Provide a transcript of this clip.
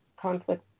conflict